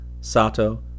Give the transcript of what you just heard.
Sato